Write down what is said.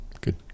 Good